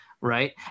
right